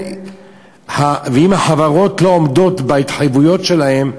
ואם החברות לא עומדות בהתחייבויות שלהן,